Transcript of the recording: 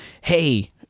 hey